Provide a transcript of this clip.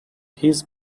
his